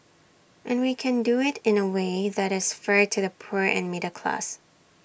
and we can do IT in A way that is fair to the poor and middle class